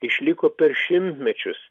išliko per šimtmečius